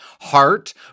heart